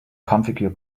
configure